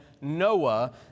Noah